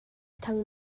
thang